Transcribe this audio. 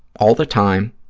all the time,